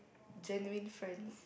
genuine friends